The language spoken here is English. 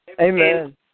Amen